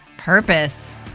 Purpose